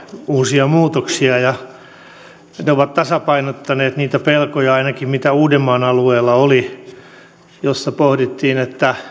uusia muutoksia ja ne ovat tasapainottaneet niitä pelkoja mitä ainakin uudenmaan alueella oli missä pohdittiin